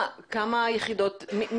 זה שטח התכנית.